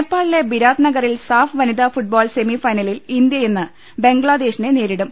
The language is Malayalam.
നേപ്പാളിലെ ബിരാത് നഗറിൽ സാഫ് വനിതാ ഫുട് ബോൾ സെമിഫൈനലിൽ ഇന്ത്യ ഇന്ന് ബംഗ്ലാദേശിനെ നേരിടും